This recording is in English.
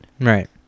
Right